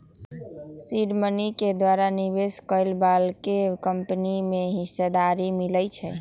seed money के द्वारा निवेश करए बलाके कंपनी में हिस्सेदारी मिलइ छइ